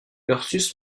ursus